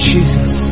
Jesus